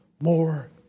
more